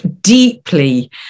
deeply